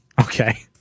Okay